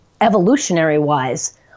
evolutionary-wise